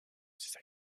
ces